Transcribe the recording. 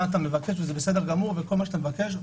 אתה מבקש וזה בסדר גמור וכל מה שאתה מבקש,